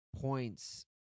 points